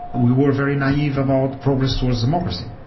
we were very naive about progress towards democracy.